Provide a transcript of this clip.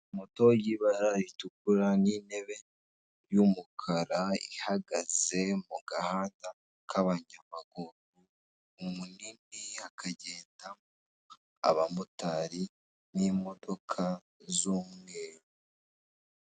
Moto y'ibara ritukura n'intebe y'umukara, ihagaze mu gahanda k'abanyamaguru munini hakagendamo abamotari n'imodoka z'umweru.